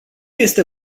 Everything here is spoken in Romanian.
este